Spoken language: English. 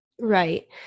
Right